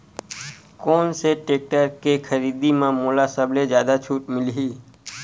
कोन से टेक्टर के खरीदी म मोला सबले जादा छुट मिलही?